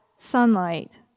sunlight